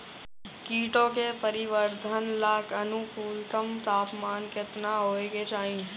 कीटो के परिवरर्धन ला अनुकूलतम तापमान केतना होए के चाही?